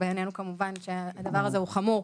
בעינינו כמובן שהדבר הזה הוא חמור,